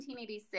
1986